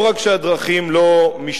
לא רק שהדרכים לא משתנות,